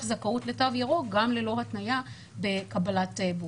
זכאות לתו ירוק גם ללא התניה בקבלת בוסטר.